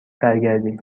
برگردی